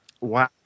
Wow